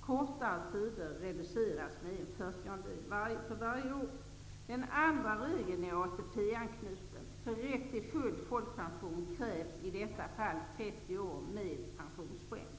Kortare tider reduceras med en fyrtiondel för varje år. Den andra regeln är ATP-anknuten. För rätt till full folkpension krävs i detta fall 30 år med pensionspoäng.